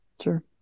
Sure